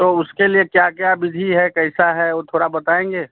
तो उसके लिए क्या क्या विधि है कैसा है वो थोड़ा बताएँगे